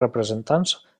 representants